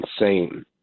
insane